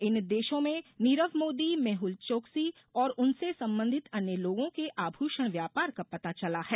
इन देशों में नीरव मोदी मेहल चोकसी और उनसे संबंधित अन्य लोगों के आभूषण व्यापार का पता चला है